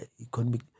economic